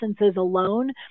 alone